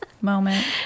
moment